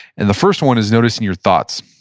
and the first one is noticing your thoughts,